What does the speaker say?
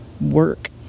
work